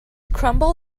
crumble